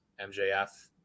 MJF